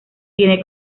tiene